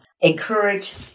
encourage